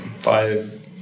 five